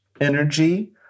energy